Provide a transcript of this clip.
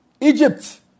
Egypt